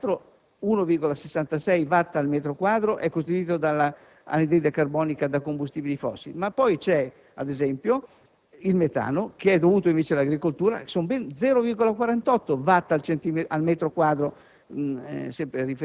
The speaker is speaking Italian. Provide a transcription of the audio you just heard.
il primo, con 1,66 watt al metro quadro, è costituito dall'anidride carbonica da combustibili fossili, ma poi c'è, ad esempio, il metano dovuto all'agricoltura, ben 0,48 watt al metro quadro;